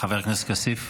חבר הכנסת כסיף.